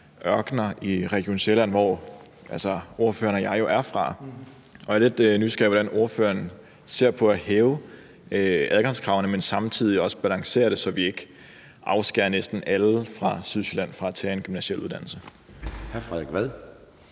i Region Sjælland, hvor ordføreren og jeg jo er fra, og jeg er lidt nysgerrig efter at høre, hvordan ordføreren ser på det at hæve adgangskravene, men samtidig også balancere det, så vi ikke afskærer næsten alle fra Sydsjælland fra at tage en gymnasial uddannelse.